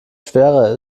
schwerer